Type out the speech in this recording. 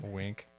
wink